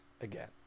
again